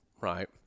right